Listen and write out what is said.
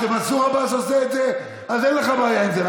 כשמנסור עבאס עושה את זה אין לך בעיה עם זה,